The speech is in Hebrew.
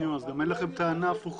נו, אז גם אין לכם טענה הפוכה.